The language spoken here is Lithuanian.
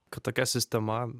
kad tokia sistema